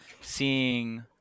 seeing